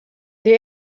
der